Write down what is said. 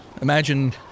Imagine